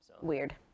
weird